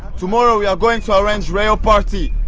tomorrow we are going to arrange rave party,